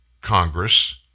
Congress